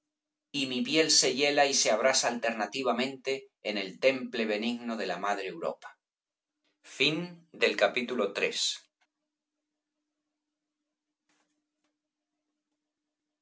y mi piel se hiela y se abrasa alternativamente en el temple benigno de la madre europa iv